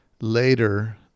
later